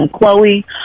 Chloe